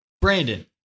Brandon